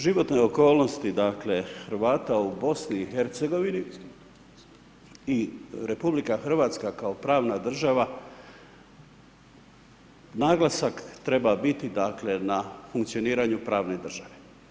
Životne okolnosti dakle Hrvata u BiH i RH kao pravna država naglasak treba biti dakle na funkcioniranju pravne države.